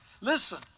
Listen